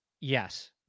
Yes